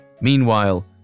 Meanwhile